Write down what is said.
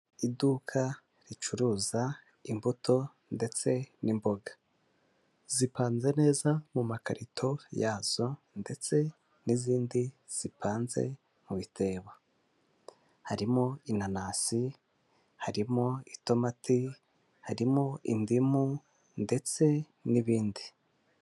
Iduka ricuruza imbuto ndetse n'imboga. Zipanze neza mu makarito yazo ndetse n'izindi zipanze mu bitebo. Harimo inanasi, harimo itomati, harimo indimu ndetse n'ibindi.